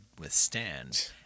withstand